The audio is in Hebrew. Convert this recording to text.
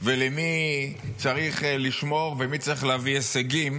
ולמי שצריך לשמור ומי צריך להביא הישגים.